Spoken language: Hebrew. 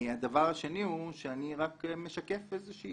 שניים אני רק משקף איזושהי